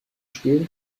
spielen